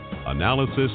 analysis